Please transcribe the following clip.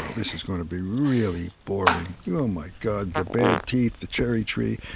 this is going to be really boring. oh, my god, the bad teeth, the cherry tree,